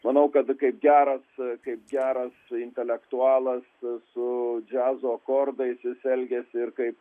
manau kad kaip geras kaip geras intelektualas su džiazo akordais jis elgėsi ir kaip